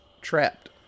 trapped